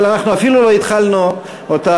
אבל אנחנו אפילו לא התחלנו אותה,